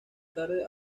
tarde